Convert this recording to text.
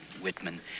Whitman